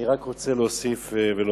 אני רק רוצה להוסיף ולומר,